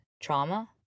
trauma